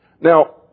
Now